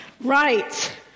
Right